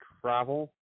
travel